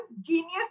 genius